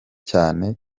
cyane